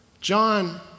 John